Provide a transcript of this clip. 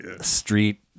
street